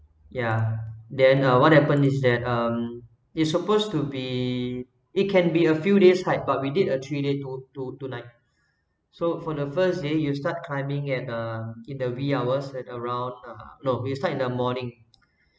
ya then uh what happen is that um it's supposed to be it can be a few days height but we did a three days two two night so for the first day you start climbing at uh in the wee hours at around uh no we start in the morning